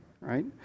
right